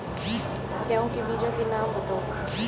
गेहूँ के बीजों के नाम बताओ?